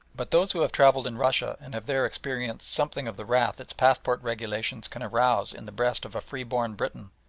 but those who have travelled in russia and have there experienced something of the wrath its passport regulations can arouse in the breast of a freeborn briton,